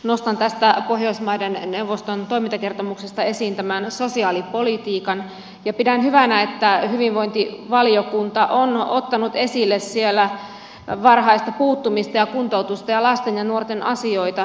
nostan tästä pohjoismaiden neuvoston toimintakertomuksesta esiin tämän sosiaalipolitiikan ja pidän hyvänä että hyvinvointivaliokunta on ottanut esille siellä varhaista puuttumista ja kuntoutusta ja lasten ja nuorten asioita